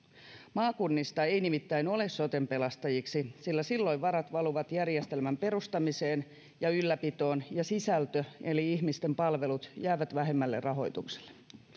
maakunnista ei ei nimittäin ole soten pelastajiksi sillä silloin varat valuvat järjestelmän perustamiseen ja ylläpitoon ja sisältö eli ihmisten palvelut jäävät vähemmälle rahoitukselle